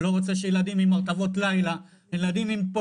לא רוצה שילדים עם הרטבות לילה,